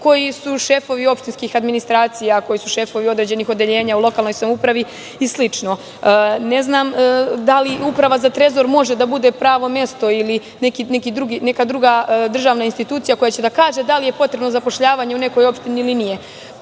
koji su šefovi opštinskih administracija, koji su šefovi određenih odeljenja u lokalnoj samoupravi i slično. Ne znam da li Uprava za Trezor može da bude pravo mesto ili neka druga državna institucija koja će da kaže da li je potrebno zapošljavanje u nekoj opštini ili nije.